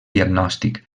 diagnòstic